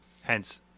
Hence